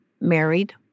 married